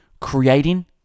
creating